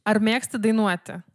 ar mėgsti dainuoti